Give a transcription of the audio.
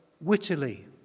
wittily